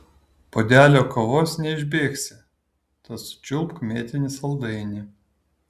puodelio kavos neišbėgsi tad sučiulpk mėtinį saldainį